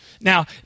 Now